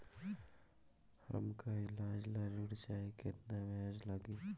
हमका ईलाज ला ऋण चाही केतना ब्याज लागी?